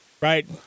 Right